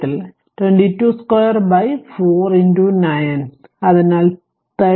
അതിനാൽ 222 4 9 അതിനാൽ 13